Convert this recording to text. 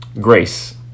grace